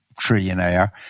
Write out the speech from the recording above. trillionaire